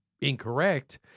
incorrect